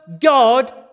God